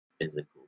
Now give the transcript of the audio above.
physical